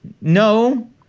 no